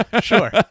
sure